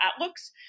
outlooks